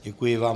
Děkuji vám.